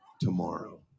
tomorrow